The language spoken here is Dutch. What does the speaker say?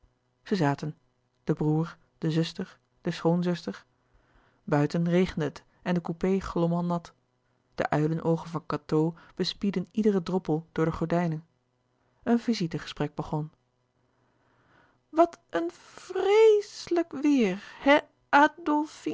zij zaten de broêr de zuster de schoonzuster buiten regende het en de coupé glom al nat de uilenoogen van cateau bespiedden iederen droppel door de gordijnen een visite gesprek begon wat een v r